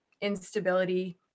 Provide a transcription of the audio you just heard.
instability